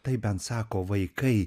tai ben sako vaikai